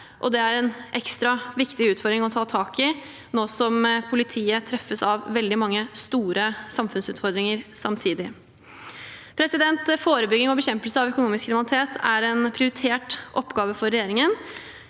det er en ekstra viktig utfordring å ta tak i nå som politiet treffes av veldig mange store samfunnsutfordringer samtidig. Forebygging og bekjempelse av økonomisk kriminalitet er en prioritert oppgave for regjeringen.